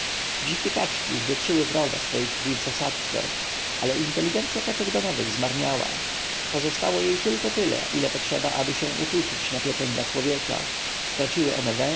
dzikie kaczki zwietrzyły wroga swej krwi w zasadzce ale inteligencya kaczek domowych zmarniała pozostało jej tylko tyle ile potrzeba aby się utuczyć na pieczeń dla człowieka straciły one